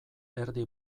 erdi